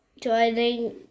joining